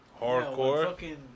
hardcore